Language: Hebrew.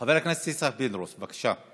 חבר הכנסת יצחק פינדרוס, בבקשה.